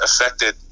affected